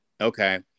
okay